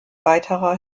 weiterer